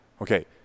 Okay